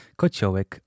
kociołek